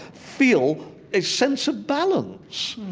feel a sense of balance,